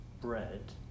bread